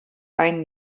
einen